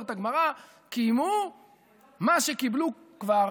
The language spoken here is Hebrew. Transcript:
אומרת הגמרא: קיימו מה שקיבלו כבר.